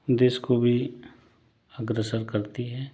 देश को भी अग्रसर करती है